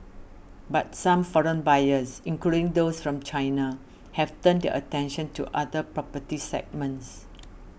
but some foreign buyers including those from China have turned their attention to other property segments